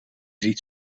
ziet